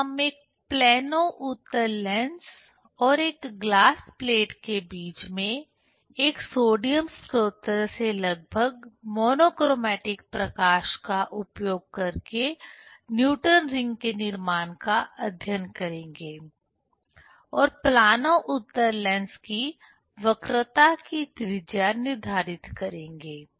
फिर हम एक प्लेनो उत्तल लेंस और एक ग्लास प्लेट के बीच में एक सोडियम स्रोत से लगभग मोनोक्रोमैटिक प्रकाश का उपयोग करके न्यूटन रिंग Newton's rings के निर्माण का अध्ययन करेंगे और प्लानो उत्तल लेंस की वक्रता की त्रिज्या निर्धारित करेंगे